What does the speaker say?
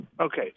Okay